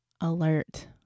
alert